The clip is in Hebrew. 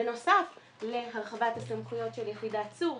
בנוסף להרחבת הסמכויות ליחידת צור,